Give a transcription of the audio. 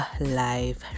life